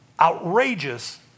outrageous